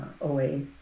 OA